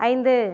ஐந்து